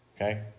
Okay